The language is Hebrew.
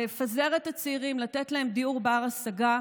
לפזר את הצעירים ולתת להם דיור בר-השגה,